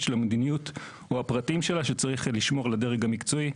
של המדיניות או הפרטים שלה שצריך לשמור לדרג המקצועי.